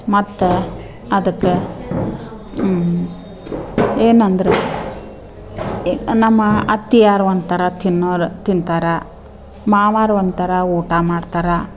ಮತ್ತು ಅದಕ್ಕೆ ಏನಂದ್ರೆ ಎ ನಮ್ಮ ಅತ್ತೆಯಾರ್ ಒಂಥರ ತಿನ್ನೋರು ತಿಂತಾರೆ ಮಾವಾರು ಒಂಥರ ಊಟ ಮಾಡ್ತಾರೆ